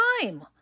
time